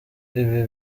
ibi